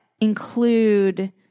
include